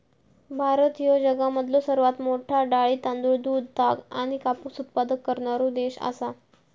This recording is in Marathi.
भारत ह्यो जगामधलो सर्वात मोठा डाळी, तांदूळ, दूध, ताग आणि कापूस उत्पादक करणारो देश आसा